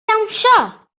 dawnsio